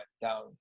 down